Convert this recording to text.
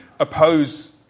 Oppose